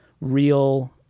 real